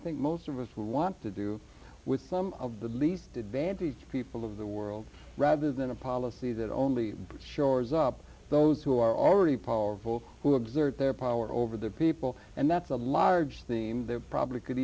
think most of us who want to do with some of the least advantaged people of the world rather than a policy that only shores up those who are already powerful who observed their power over their people and that's a large theme there probably could